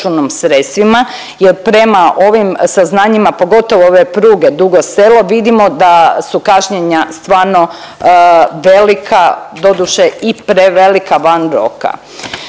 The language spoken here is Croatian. sredstvima jer prema ovim saznanjima, pogotovo ove pruge Dugo Selo vidimo da su kašnjenja stvarno velika, doduše i prevelika van roka.